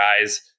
guys